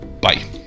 bye